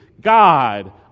God